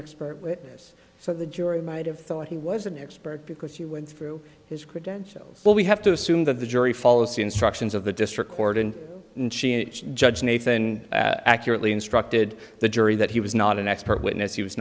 expert witness so the jury might have thought he was an expert because you went through his credentials but we have to assume that the jury follows the instructions of the district court and judge nathan accurately instructed the jury that he was not an expert witness he was